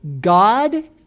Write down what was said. God